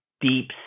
deep